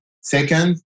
Second